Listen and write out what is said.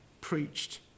preached